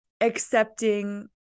accepting